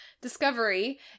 Discovery